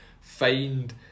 find